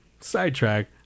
Sidetrack